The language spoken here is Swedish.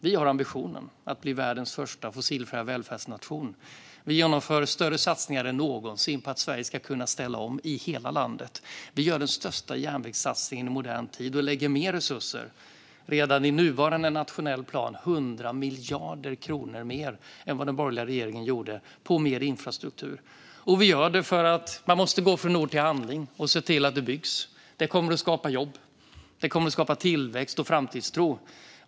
Vi har ambitionen att Sverige ska bli världens första fossilfria välfärdsnation. Vi genomför större satsningar är någonsin på att Sverige ska kunna ställa om i hela landet. Vi gör den största järnvägssatsningen i modern tid och lägger mer resurser, redan i nuvarande nationell plan 100 miljarder kronor mer, än den borgerliga regeringen gjorde på mer infrastruktur. Det gör vi för att man måste gå från ord till handling och se till att det byggs. Det kommer att skapa jobb. Det kommer att skapa tillväxt och framtidstro.